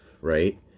right